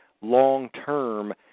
long-term